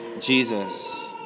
Jesus